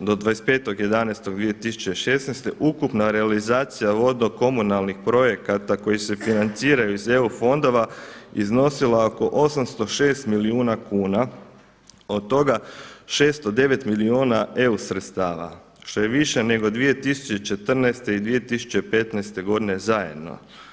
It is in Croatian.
do 25.11.2016. ukupna realizacija vodno komunalnih projekata koji se financiraju iz eu fondova iznosila oko 806 milijuna kuna od toga 609 milijuna eu sredstava što je više nego 2014. i 2015. godine zajedno.